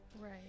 Right